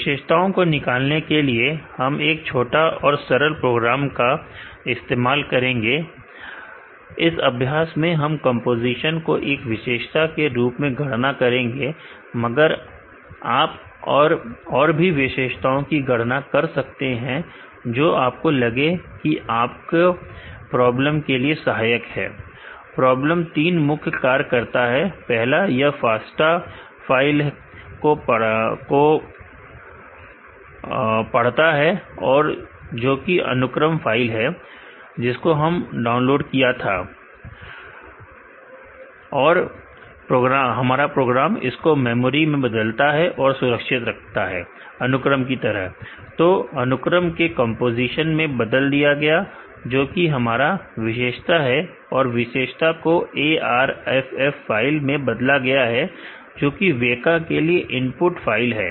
विशेषताओं को निकालने के लिए हम एक छोटा और सरल प्रोग्राम का इस्तेमाल करेंगे इस अभ्यास में हम कंपोजीशन को एक विशेषता के रूप में गणना करेंगे मगर आप और भी विशेषताओं की गणना कर सकते हैं जो आपको लगे कि आपके प्रॉब्लम के लिए सहायक है प्रोग्राम तीन मुख्य कार्य करता है पहला यह FASTA फाइल को पड़ता है जो कि अनुक्रम फाइल है जिसको हमने डाउनलोड किया था और इसको मेमोरी में बदलता और सुरक्षित रखता है अनुक्रम की तरह तो अनुक्रम को कंपोजीशन में बदल दिया गया है जो कि हमारा विशेषता है और विशेषता को ARFF फाइल में बदला गया है जो कि वेका के लिए इनपुट फाइल है